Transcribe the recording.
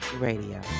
Radio